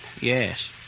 Yes